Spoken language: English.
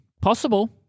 Possible